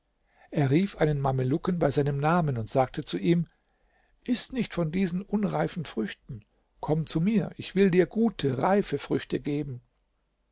er rief einen mamelucken bei seinem namen und sagte zu ihm iß nicht von diesen unreifen früchten komm zu mir ich will dir gute reife früchte geben